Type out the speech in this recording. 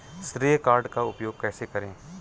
श्रेय कार्ड का उपयोग कैसे करें?